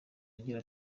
agira